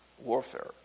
warfare